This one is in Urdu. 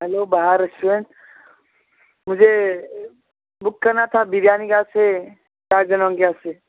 ہیلو بہار ریسٹورینٹ مجھے بک کرنا تھا بریانی سے چار جنوں کے واسطے